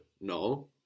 no